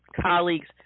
colleagues